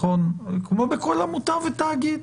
כמו בכל עמותה ותאגיד.